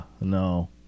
no